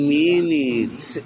minutes